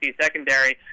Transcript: secondary